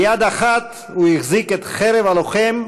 ביד אחת הוא החזיק את חרב הלוחם,